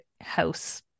house